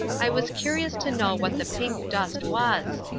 i was curious to know what the pink dust was.